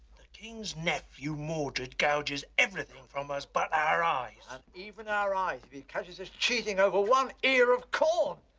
king's nephew, mordred, gouges everything from us but our eyes. and even our eyes if he catches us cheating over one ear of corn.